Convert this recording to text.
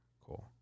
Cool